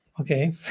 Okay